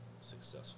successful